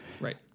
Right